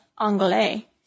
anglais